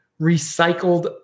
recycled